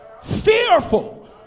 Fearful